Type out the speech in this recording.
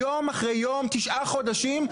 יום אחרי יום, תשעה חודשים.